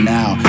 now